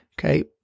okay